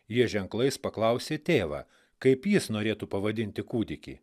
jie ženklais paklausė tėvą kaip jis norėtų pavadinti kūdikį